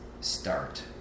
start